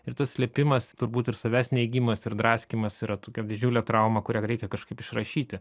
ir tas slėpimas turbūt ir savęs neigimas ir draskymas yra tokia didžiulė trauma kurią reikia kažkaip išrašyti